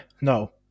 No